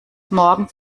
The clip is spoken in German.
morgens